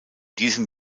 diesem